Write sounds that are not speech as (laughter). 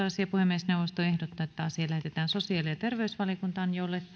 (unintelligible) asia puhemiesneuvosto ehdottaa että asia lähetetään sosiaali ja terveysvaliokuntaan jolle